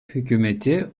hükümeti